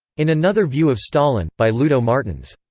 in another view of stalin, by ludo martens.